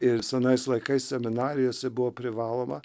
ir senais laikais seminarijose buvo privaloma